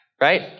right